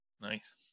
Nice